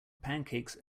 pancakes